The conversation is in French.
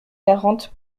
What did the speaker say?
quarante